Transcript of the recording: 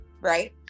Right